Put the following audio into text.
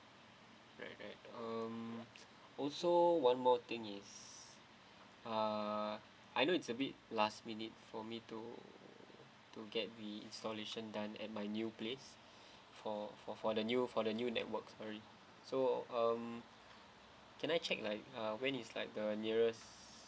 right right um also one more thing is ah I know it's a bit last minute for me to to get the installation done at my new place for for for the new for the new networks early so um can I check like uh when is like the nearest